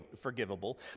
forgivable